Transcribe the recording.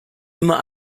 immer